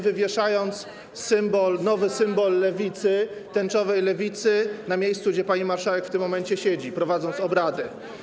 wywieszając nowy symbol lewicy, tęczowej lewicy, w miejscu, gdzie pani marszałek w tym momencie siedzi i prowadzi obrady.